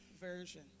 Version